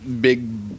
big